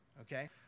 okay